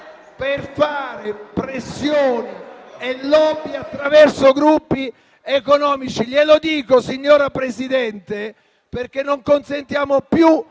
per fare pressione e *lobby* attraverso gruppi economici. Lo dico, signora Presidente, perché non consentiamo più